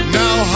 now